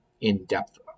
in-depth